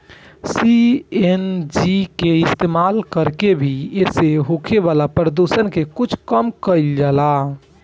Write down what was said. CNG के इस्तमाल कर के भी एसे होखे वाला प्रदुषण के कुछ कम कईल जाला